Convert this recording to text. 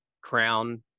crown